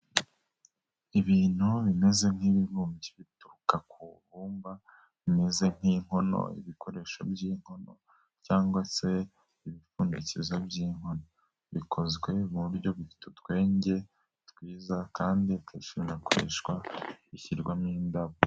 Ibintu bimeze nk'ibibumbyi bituruka ku ibumba, bimeze nk'inkono, ibikoresho by'inkono cyangwa se ibipfundikizo by'inkono. Bikozwe mu buryo bifite utwenge twiza kandi bishobora gukoreshwa bishyirwamo indabo.